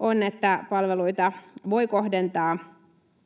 on, että palveluita voi kohdentaa